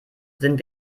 sind